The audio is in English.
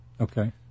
Okay